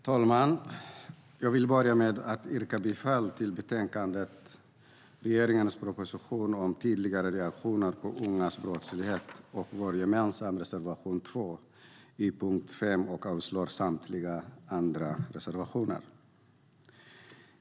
Herr talman! Jag vill börja med att yrka bifall till förslaget i betänkandet över regeringens proposition om tydligare reaktioner på ungas brottslighet och vår gemensamma reservation 2 i punkt 5 och avslag på samtliga andra reservationer.